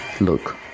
Look